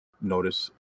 notice